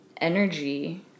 energy